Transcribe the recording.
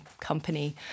company